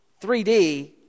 3D